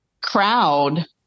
crowd